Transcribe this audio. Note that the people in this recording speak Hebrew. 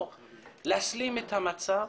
או להסלים את המצב,